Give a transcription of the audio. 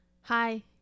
Hi